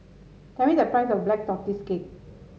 tell me the price of Black Tortoise Cake